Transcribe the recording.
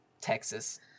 Texas